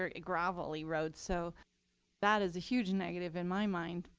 um a gravelly road. so that is a huge and negative in my mind.